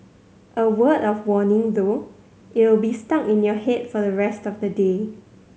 a word of warning though it'll be in your head for the rest of the day